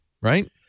Right